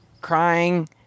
crying